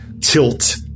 tilt